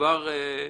כבר --- לא.